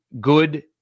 good